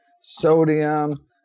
sodium